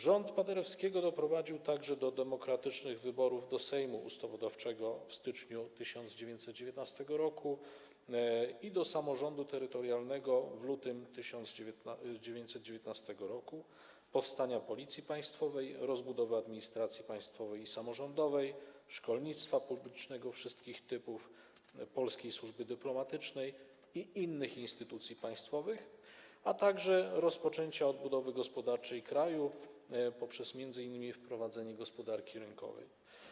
Rząd Paderewskiego doprowadził także do demokratycznych wyborów do Sejmu Ustawodawczego w styczniu 1919 r. i do samorządu terytorialnego w lutym 1919 r., powstania Policji Państwowej, rozbudowy administracji państwowej i samorządowej, szkolnictwa publicznego wszystkich typów, polskiej służby dyplomatycznej i innych instytucji państwowych, a także rozpoczęcia odbudowy gospodarczej kraju poprzez m.in. wprowadzenie gospodarki rynkowej.